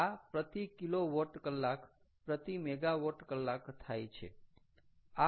આ પ્રતિ કિલોવોટ કલાક પ્રતિ મેગાવોટ કલાક થાય છે